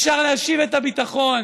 אפשר להשיב את הביטחון.